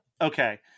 Okay